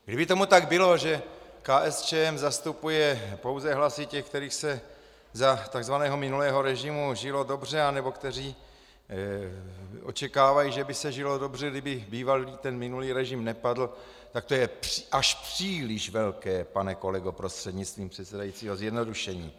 Kdyby tomu tak bylo, že KSČM zastupuje pouze hlasy těch, kterým se za tzv. minulého režimu žilo dobře a nebo kteří očekávají, že by se žilo dobře, kdyby býval ten minulý režim nepadl, tak to je až příliš velké, pane kolego prostřednictvím předsedajícího, zjednodušení.